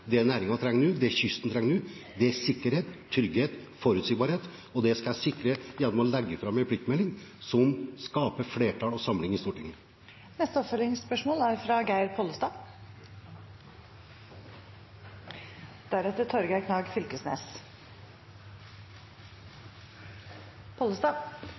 Det næringen trenger nå, det kysten trenger nå, er sikkerhet, trygghet og forutsigbarhet, og det skal jeg sikre gjennom å legge fram en pliktmelding som skaper flertall og samling i Stortinget. Geir Pollestad – til oppfølgingsspørsmål.